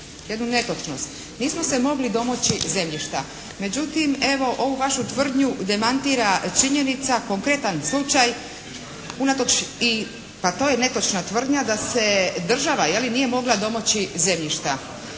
jednu netočnost. Nismo se mogli domoći zemljišta. Međutim, evo ovu vašu tvrdnju demantira činjenica, konkretan slučaj unatoč pa i to je netočna tvrdnja da se država je li nije mogla domoći zemljišta.